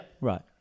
Right